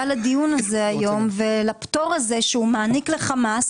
לדיון הזה היום על הפטור הזה שהוא מעניק לחמאס.